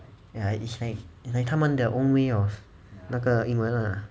ya it's like it's like 他们的 own way of 那个英文啦